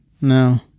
no